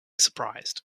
surprised